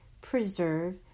preserve